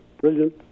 brilliant